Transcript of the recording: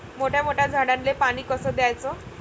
मोठ्या मोठ्या झाडांले पानी कस द्याचं?